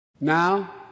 Now